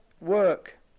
work